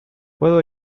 puedo